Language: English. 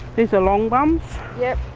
these are longbums. yeah